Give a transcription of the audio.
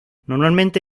normalmente